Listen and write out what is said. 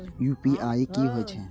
UPI की होई छै?